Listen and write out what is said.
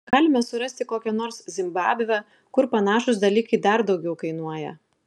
galime surasti kokią nors zimbabvę kur panašūs dalykai dar daugiau kainuoja